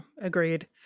Agreed